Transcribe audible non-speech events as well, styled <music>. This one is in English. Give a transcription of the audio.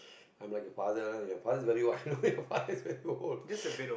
I'm like your father your father is very old I know your father is very old <breath>